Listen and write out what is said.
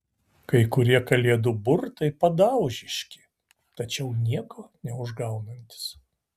kai kurie kalėdų burtai padaužiški tačiau nieko neužgaunantys